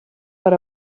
per